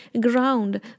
ground